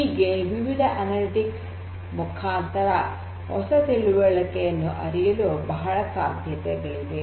ಹೀಗೆ ವಿವಿಧ ಅನಲಿಟಿಕ್ಸ್ ಮುಖಾಂತರ ಹೊಸ ತಿಳುವಳಿಕೆಯನ್ನು ಅರಿಯಲು ಬಹಳ ಸಾಧ್ಯತೆಗಳಿವೆ